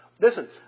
listen